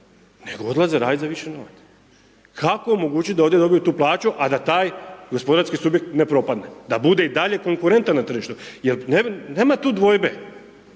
nego odlaze radit za više novaca. Kako omogući da ovdje dobiju tu plaću, a da taj gospodarski subjekt ne propadne, da bude i dalje konkurentan na tržištu, jel nema tu dvojbe.